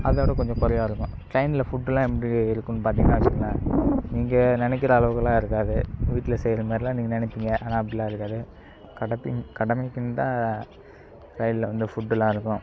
அதோட கொஞ்சம் குறைவாக இருக்கும் ட்ரெயின்ல ஃபுட்லாம் எப்படி இருக்கும்னு பார்த்திங்கன்னா வச்சிங்களேன் நீங்கள் நினைக்கிற அளவுக்கெலாம் இருக்காது வீட்டில செய்கிற மாதிரிலாம் நீங்கள் நினைப்பிங்க ஆனால் அப்படிலாம் இருக்காது கடபிங் கடமைக்கின்னுதான் ட்ரெயின்ல வந்து ஃபுட்டுலாம் இருக்கும்